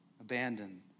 Abandoned